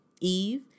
Eve